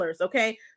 Okay